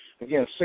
Again